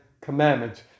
commandments